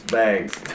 bags